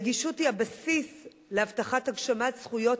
הנגישות היא הבסיס להבטחת הגשמת זכויות